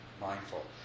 mindful